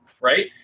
Right